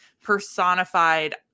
personified